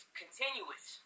continuous